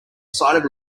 side